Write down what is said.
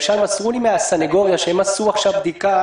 מסרו לי מהסניגוריה שעשו עכשיו בדיקה